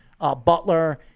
Butler